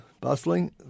bustling